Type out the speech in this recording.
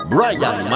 Brian